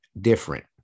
different